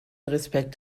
respekt